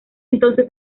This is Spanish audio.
entonces